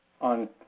on